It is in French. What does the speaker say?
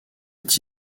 est